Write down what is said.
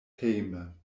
hejme